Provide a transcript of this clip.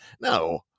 No